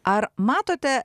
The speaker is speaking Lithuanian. ar matote